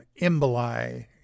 emboli